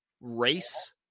race